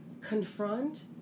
confront